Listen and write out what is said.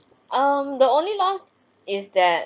um the only lost is that